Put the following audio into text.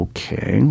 Okay